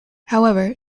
however